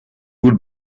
would